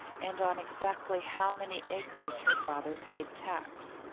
and on exactly how many acres her father paid tax.